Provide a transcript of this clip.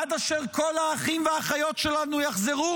עד אשר כל האחים והאחיות שלנו יחזרו.